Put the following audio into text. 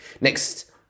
Next